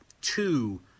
two